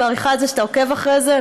אני מעריכה את זה שאתה עוקב אחרי זה,